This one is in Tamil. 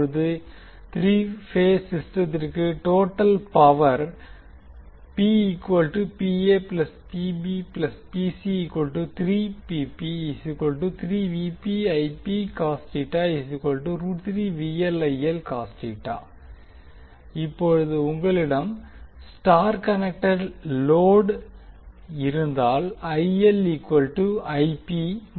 இப்போது த்ரீ பேஸ் சிஸ்டமிற்கு டோட்டல் பவர் இப்போது உங்களிடம் ஸ்டார் கனெக்டெட் லோடு இருந்தால் மற்றும்